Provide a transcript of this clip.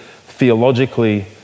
theologically